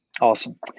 Awesome